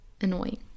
annoying